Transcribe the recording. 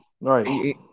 Right